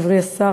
חברי השר,